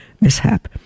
mishap